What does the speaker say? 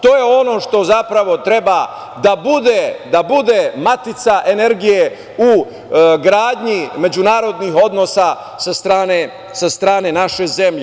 To je ono što zapravo treba da bude matica energije u gradnji međunarodnih odnosa sa strane naše zemlje.